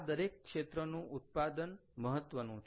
આ દરેક ક્ષેત્રનું ઉત્પાદન મહત્વનુ છે